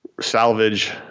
salvage